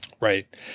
Right